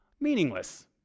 meaningless